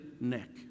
neck